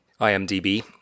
IMDb